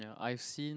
ya I seen